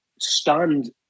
stunned